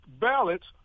ballots